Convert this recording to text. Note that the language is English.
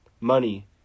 Money